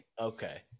Okay